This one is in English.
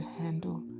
handle